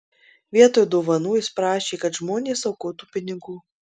vietoj dovanų jis prašė kad žmonės aukotų pinigų